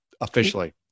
officially